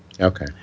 Okay